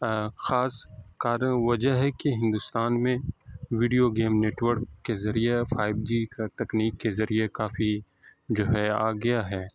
خاص کر وجہ ہے کہ ہندوستان میں ویڈیو گیم نیٹ ورک کے ذریعہ فائیو جی کا تکنیک کے ذریعے کافی جو ہے آ گیا ہے